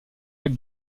lac